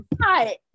Hi